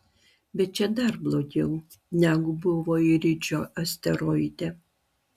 bet čia dar blogiau negu buvo iridžio asteroide